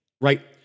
right